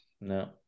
No